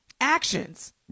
actions